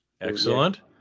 Excellent